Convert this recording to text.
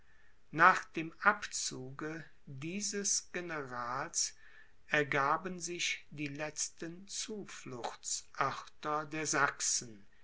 nach dem abzuge dieses generals ergaben sich die letzten zufluchtsörter der sachsen